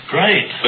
Great